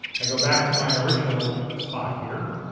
i go back to my original spot here.